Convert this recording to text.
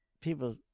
people